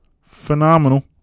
Phenomenal